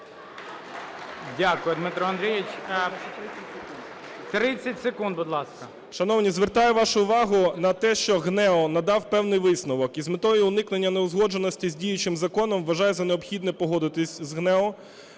Дякую. Дмитро Андрійович, 30 секунд, будь ласка.